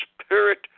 spirit